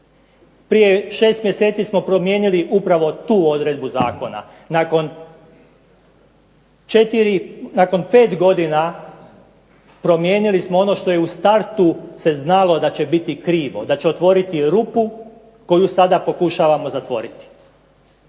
Prije šest mjeseci smo promijenili upravo tu odredbu zakona. Nakon 5 godina promijenili smo ono što je u startu se znalo da će biti krivo, da će otvoriti rupu koju sada pokušavamo zatvoriti.